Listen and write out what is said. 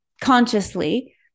consciously